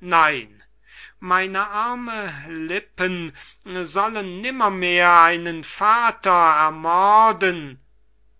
nein meine armen lippen sollen nimmermehr einen vater ermorden